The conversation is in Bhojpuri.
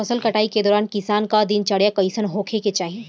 फसल कटाई के दौरान किसान क दिनचर्या कईसन होखे के चाही?